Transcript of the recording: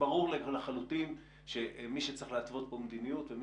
וברור לחלוטין שמי שצריך להתוות פה מדיניות ומי